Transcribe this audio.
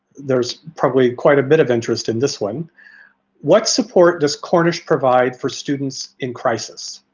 there's probably quite a bit of interest in this one what support does cornish provide for students in crisis?